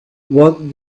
what